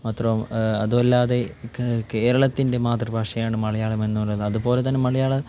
മാത്രം അതുമല്ലാതെ കേ കേരളത്തിൻ്റെ മാതൃഭാഷയാണ് മലയാളമെന്ന് പറയുന്നത് അതുപോലെതന്നെ മലയാള